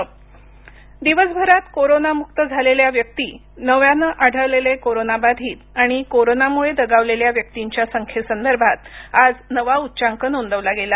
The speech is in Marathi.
कोविड स्थिती दिवसभरात कोरोना मुक्त झालेल्या व्यक्ती नव्यानं आढळलेले कोरोना बाधित आणि कोरोना मुळे दगावलेल्या व्यक्तींच्या संख्ये संदर्भात आज नवा उच्चांक नोंदवला गेला